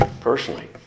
personally